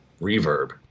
reverb